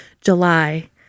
July